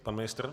Pan ministr?